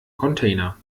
container